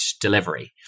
delivery